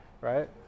Right